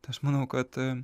tai aš manau kad